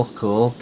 cool